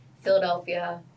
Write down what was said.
Philadelphia